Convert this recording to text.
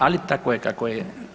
Ali tako je kako je.